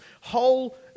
whole